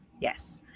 Yes